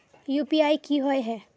UPI की होय है?